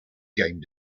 game